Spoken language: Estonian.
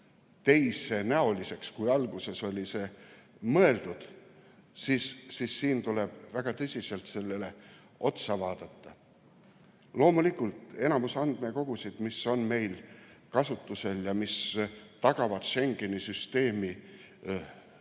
sellega, mis alguses oli mõeldud. Siin tuleb väga tõsiselt sellele otsa vaadata. Loomulikult, enamus andmekogusid, mis on meil kasutusel ja mis tagavad Schengeni süsteemi